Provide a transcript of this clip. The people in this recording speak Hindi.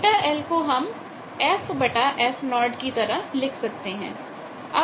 अब βl को हम f f 0 की तरह लिख सकते हैं